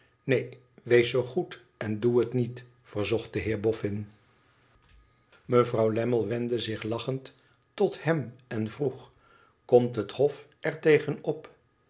necn wees zoo goed en doe het niet verzodit de heer bofn mevrouw lammie wendde zich lachend tot hem en vroeg t komt het hofer tegen op